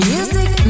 Music